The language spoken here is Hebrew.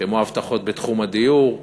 כמו הבטחות בתחום הדיור,